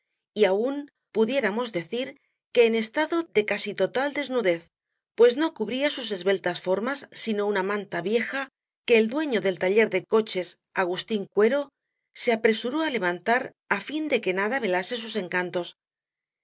y aun pudiéramos decir que en estado de casi total desnudez pues no cubría sus esbeltas formas sino una manta vieja que el dueño del taller de coches agustín cuero se apresuró á levantar á fin de que nada velase sus encantos era